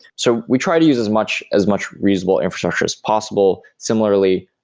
so we try to use as much as much reasonable infrastructure as possible. similarly,